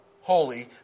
holy